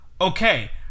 Okay